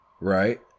Right